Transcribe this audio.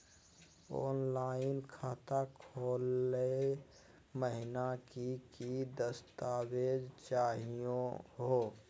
Online खाता खोलै महिना की की दस्तावेज चाहीयो हो?